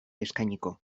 eskainiko